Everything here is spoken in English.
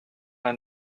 her